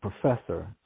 professor